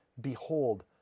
behold